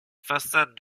façade